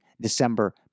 December